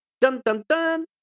dun-dun-dun